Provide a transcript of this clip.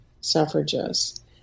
suffragists